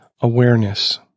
Awareness